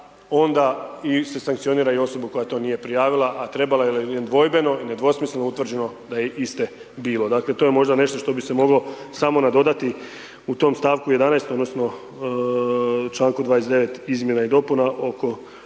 onda se i sankcionira i osobu koja to nije prijavila a trebala je jer je nedvojbeno i nedvosmisleno utvrđeno da je iste bilo. Dakle to je možda nešto što bi se moglo samo nadodati u tom stavku 11. odnosno članku 29. izmjena i dopuna oko